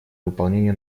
выполнения